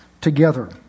together